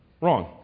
wrong